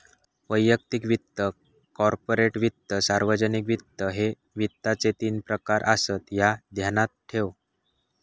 वैयक्तिक वित्त, कॉर्पोरेट वित्त, सार्वजनिक वित्त, ह्ये वित्ताचे तीन प्रकार आसत, ह्या ध्यानात ठेव